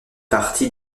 partie